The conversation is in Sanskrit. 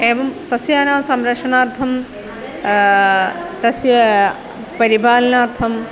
एवं सस्यानां संरक्षणार्थं तस्य परिपालनार्थं